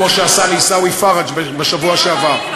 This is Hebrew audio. כמו שעשה לעיסאווי פריג' בשבוע שעבר.